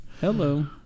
Hello